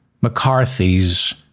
McCarthy's